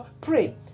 pray